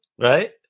Right